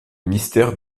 mystère